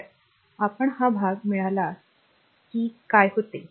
तर आपण हा भाग मिळाला की काय होते